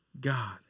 God